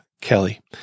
Kelly